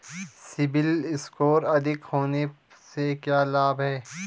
CIBIL score अधिक होने से क्या लाभ हैं?